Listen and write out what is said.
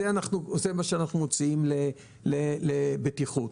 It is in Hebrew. זה מה שאנחנו מוציאים עבור בטיחות.